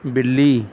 ਬਿੱਲੀ